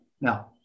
Now